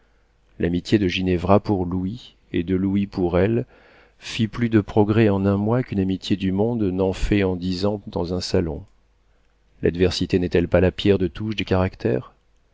l'amitié de ginevra pour louis et de louis pour elle fit plus de progrès en un mois qu'une amitié du monde n'en fait en dix ans dans un salon l'adversité n'est-elle pas la pierre de touche des caractères